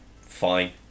fine